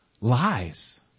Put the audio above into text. lies